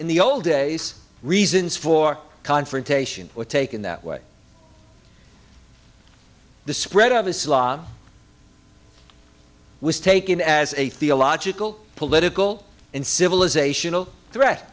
in the old days reasons for confrontation or taken that way the spread of islam was taken as a theological political and civilizational threat